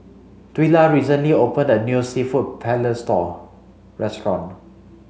Twila recently opened a new Seafood Paella restaurant